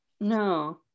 No